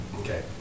Okay